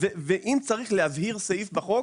אם צריך להבהיר סעיף בחוק,